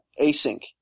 async